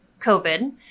COVID